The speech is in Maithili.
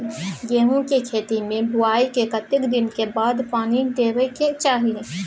गेहूँ के खेती मे बुआई के कतेक दिन के बाद पानी देबै के चाही?